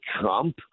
Trump